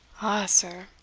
ah sir,